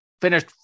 finished